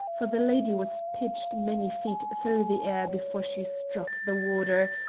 for the lady was pitched many feet through the air before she struck the water,